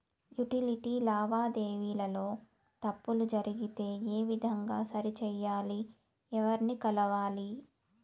Utility లావాదేవీల లో తప్పులు జరిగితే ఏ విధంగా సరిచెయ్యాలి? ఎవర్ని కలవాలి?